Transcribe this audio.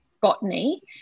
botany